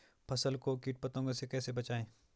फसल को कीट पतंगों से कैसे बचाएं?